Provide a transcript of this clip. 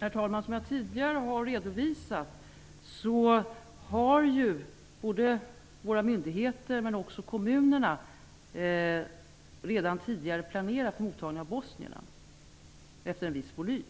Herr talman! Som jag tidigare redovisat har ju inte bara våra myndigheter utan också kommunerna redan planerat mottagningen av bosnierna efter en viss volym.